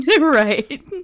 Right